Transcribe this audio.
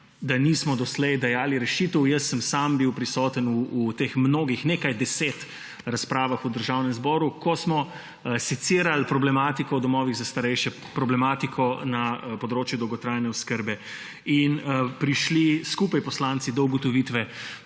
da nismo doslej dajali rešitev. Jaz sam sem bil prisoten v teh mnogih, nekaj desetih razpravah v Državnem zboru, ko smo secirali problematiko v domovih za starejše, problematiko na področju dolgotrajne oskrbe in prišli skupaj s poslanci do ugotovitve,